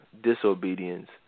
disobedience